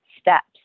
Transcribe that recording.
steps